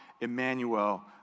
Emmanuel